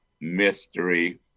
mystery